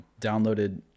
downloaded